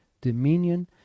dominion